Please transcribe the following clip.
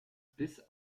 bis